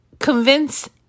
Convince